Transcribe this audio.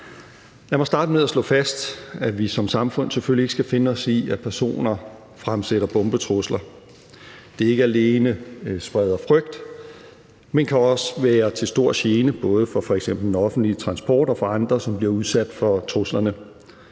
Lad mig starte med at slå fast, at vi som samfund selvfølgelig ikke skal finde os i, at personer fremsætter bombetrusler. Det ikke alene spreder frygt, men kan også være til stor gene både for f.eks. den offentlige transport og for andre, som bliver udsat for truslerne.